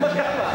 בחייך.